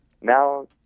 now